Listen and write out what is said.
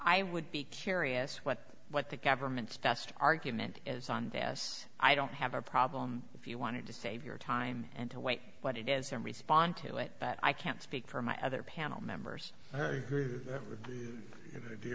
i would be curious what what the government's best argument is on this i don't have a problem if you wanted to save your time and to wait what it is and respond to it but i can't speak for my other panel members